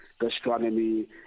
gastronomy